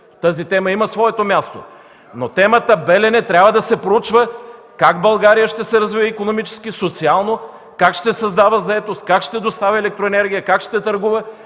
Тази тема има своето място. Но темата „Белене” трябва да проучва как България ще се развие икономически и социално, как ще създава заетост, как ще доставя електроенергия, как ще търгува.